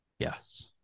Yes